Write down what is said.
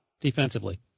defensively